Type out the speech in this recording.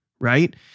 right